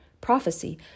prophecy